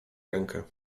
rękę